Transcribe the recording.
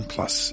Plus